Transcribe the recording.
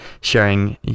sharing